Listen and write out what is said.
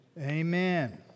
Amen